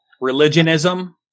Religionism